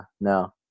no